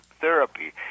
therapy